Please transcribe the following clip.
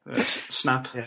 Snap